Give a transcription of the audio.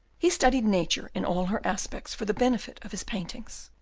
he studied nature in all her aspects for the benefit of his paintings,